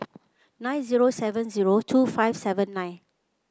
nine zero seven zero two five seven nine